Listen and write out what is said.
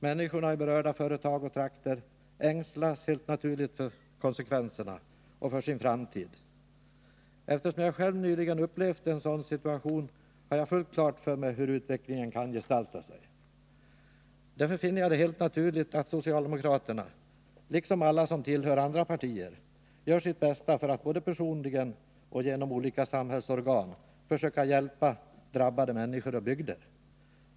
Människorna i berörda företag och trakter ängslas helt naturligt för konsekvenserna och för sin framtid. Eftersom jag själv nyligen upplevt en sådan situation, har jag fullt klart för mig hur utvecklingen kan gestalta sig. Därför finner jag det helt naturligt att socialdemokraterna liksom alla som tillhör andra partier gör sitt bästa för att både personligen och genom olika samhällsorgan försöka hjälpa drabbade människor och bygder.